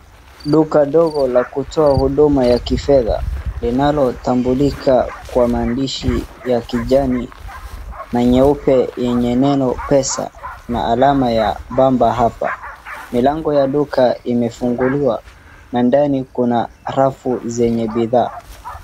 Duka dogo la kutoa huduma ya kifedha linayotambulika kwa maandishji ya kijani na nyeupe yenye neno 'pesa' na alama ya 'bamba hapa'. Mlango ya duka hilo imefunguliwa na ndani kuna rafu zenye bidhaa.